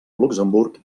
luxemburg